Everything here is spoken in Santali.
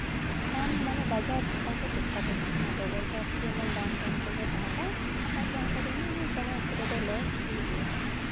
ᱫᱟᱢ ᱢᱟᱱᱮ ᱵᱟᱡᱟᱨ ᱪᱮᱛᱟᱱ ᱨᱮ ᱰᱤᱯᱷᱟᱨᱮᱱᱥ ᱚᱱᱟᱫᱚ ᱵᱟᱡᱟᱨ ᱨᱮ ᱫᱟᱢ ᱛᱟᱦᱮᱸ ᱞᱮᱱᱠᱷᱟᱡ ᱞᱮ ᱞᱟᱵᱷᱼᱟ ᱟᱨ ᱵᱟᱝᱠᱷᱟᱡ ᱫᱚ ᱚᱱᱟ ᱦᱚᱸ ᱥᱚᱢᱚᱭ ᱚᱠᱛᱚ ᱨᱮᱫᱚ ᱞᱚᱥ ᱦᱩᱭᱩᱜ ᱜᱮᱭᱟ